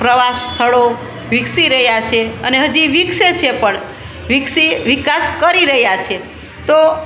પ્રવાસ સ્થળો વિકસી રહ્યાં છે અને હજી વિકસે છે પણ વિકસી વિકાસ કરી રહ્યાં છે તો